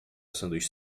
sanduíche